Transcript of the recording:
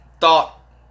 thought